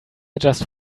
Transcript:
just